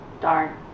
Darn